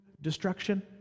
destruction